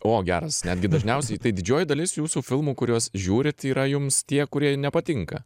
o geras netgi dažniausiai tai didžioji dalis jūsų filmų kuriuos žiūrit yra jums tie kurie nepatinka